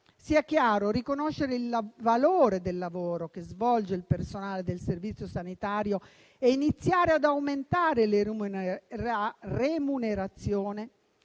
Sia chiaro: riconoscere il valore del lavoro che svolge il personale del Servizio sanitario e iniziare ad aumentare le remunerazioni